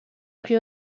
plus